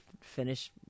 finish